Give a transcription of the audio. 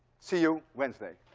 see you wednesday.